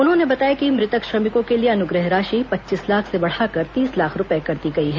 उन्होंने बताया कि मृतक श्रमिकों के लिए अनुग्रह राशि पच्चीस लाख से बढ़ाकर तीस लाख रूपये कर दी गई है